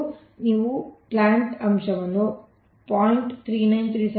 ಆದ್ದರಿಂದ ನೀವು ಸಸ್ಯದ ಅಂಶವನ್ನು 0